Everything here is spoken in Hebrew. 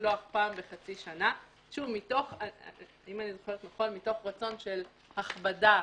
משלוח פעם בחצי שנה, מתוך רצון של אי הכבדה.